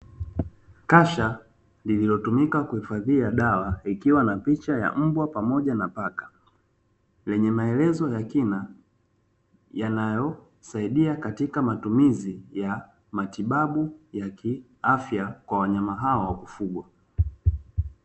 Kasha lililotumika kuhifadhia dawa ikiwa na picha ya mbwa pamoja na paka, lenye maelezo ya kina, yanayosaidia katika matumizi ya matibabu ya kiafya kwa wanyama hawa wa kufugwa.